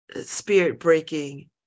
spirit-breaking